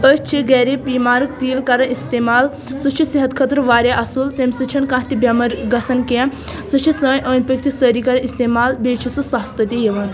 أسۍ چھِ گھرِ پی مارٕک تیٖل کران استعمال سُہ چھُ صحتہٕ خٲطرٕ واریاہ اصٕل تَمہِ سۭتۍ چھَنہٕ کانٛہہ تہِ بیٚمٲرۍ گَژھان کیٚنٛہہ سُہ چھِ سٲنۍ أنٛدۍ پٔکۍ تہِ سٲرے کران استعمال بیٚیہِ چھ سُہ سستہٕ تہِ یوان